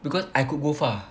because I could go far